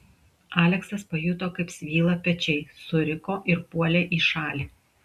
aleksas pajuto kaip svyla pečiai suriko ir puolė į šalį